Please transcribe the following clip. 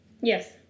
Yes